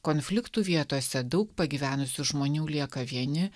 konfliktų vietose daug pagyvenusių žmonių lieka vieni